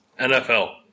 NFL